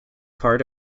part